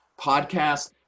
podcast